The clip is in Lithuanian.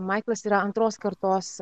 maiklas yra antros kartos